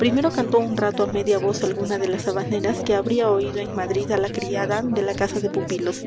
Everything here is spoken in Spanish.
primero cantó un rato á media voz alguna de las habaneras que habría oído en madrid á la criada de la casa de pupilos